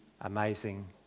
amazing